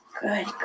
good